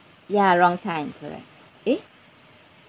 ya wrong time correct eh